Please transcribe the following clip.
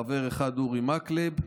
חבר אחד: אורי מקלב,